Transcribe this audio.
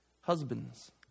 Husbands